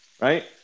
right